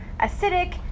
acidic